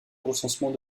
recensement